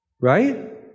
right